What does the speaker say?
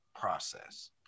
process